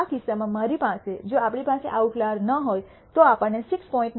આ કિસ્સામાં મારી પાસે જો આપણી પાસે આઉટલાયર ન હોય તો આપણને 6